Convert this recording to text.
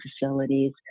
facilities